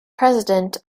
president